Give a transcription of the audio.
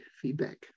feedback